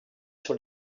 sur